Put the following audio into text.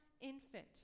infant